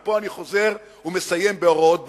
ופה אני חוזר ומסיים בהוראות במאי,